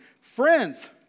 Friends